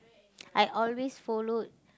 I always follow